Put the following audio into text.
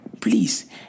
Please